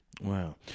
Wow